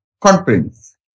conference